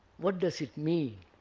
what does it mean,